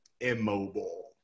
immobile